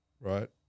right